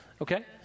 okay